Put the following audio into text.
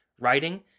writing